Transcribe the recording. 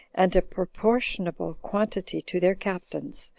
and a proportionable quantity to their captains,